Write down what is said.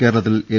കേരളത്തിൽ എൽ